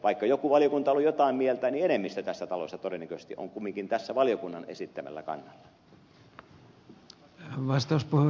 vaikka joku valiokunta on ollut jotain mieltä enemmistö tässä talossa todennäköisesti on kumminkin tässä valiokunnan esittämällä kannalla